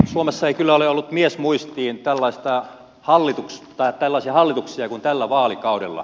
suomessa ei kyllä ole ollut miesmuistiin tällaisia hallituksia kuin tällä vaalikaudella